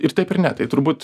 ir taip ir ne tai turbūt